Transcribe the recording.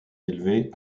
élevée